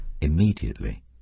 Immediately